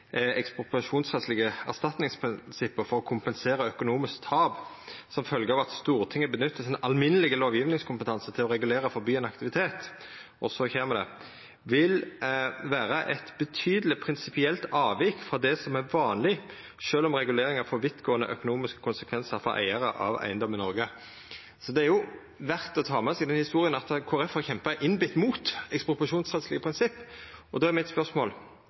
erstatningsprinsipper for å kompensere økonomisk tap som følge av at Stortinget benytter sin alminnelige lovgivningskompetanse til å regulere/forby en aktivitet,» – og så kjem det – «vil være et betydelig prinsipielt avvik fra det som er vanlig selv om reguleringer får vidtgående konsekvenser for eiere av eiendom i Norge.» Det er jo verdt å ta med seg i denne historia at Kristeleg Folkeparti har kjempa innbite mot ekspropriasjonsrettslege prinsipp, og då er mitt spørsmål: